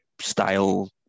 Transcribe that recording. style